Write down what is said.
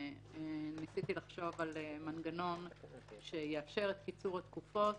וניסיתי לחשוב על מנגנון שיאפשר את קיצור התקופות